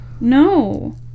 no